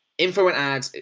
info and ads,